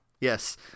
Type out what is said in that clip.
Yes